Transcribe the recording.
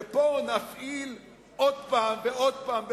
ופה נפעיל עוד פעם ועוד פעם,